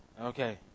Okay